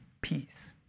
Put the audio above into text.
peace